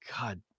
God